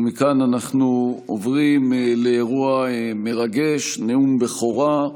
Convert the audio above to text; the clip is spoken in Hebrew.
ומכאן אנחנו עוברים לאירוע מרגש: נאום בכורה,